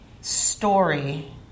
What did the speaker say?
story